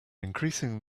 increasing